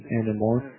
anymore